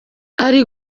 ari